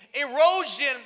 Erosion